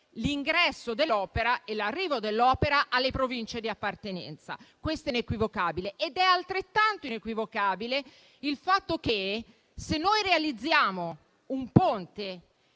l'ingresso e l'arrivo dell'opera alle Province di appartenenza: questo è inequivocabile. È altrettanto inequivocabile il fatto che, se realizziamo un ponte